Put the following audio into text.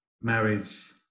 marriage